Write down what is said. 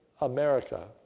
America